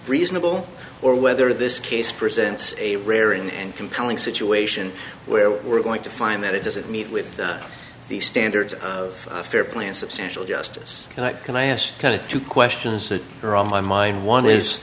reasonable or whether this case presents a rare and compelling situation where we're going to find that it doesn't meet with the standards of fair play and substantial justice and i can i ask kind of two questions that are on my mind one is